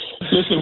Listen